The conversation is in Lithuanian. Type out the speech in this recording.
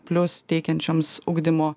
plius teikiančioms ugdymo